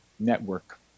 Network